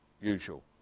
usual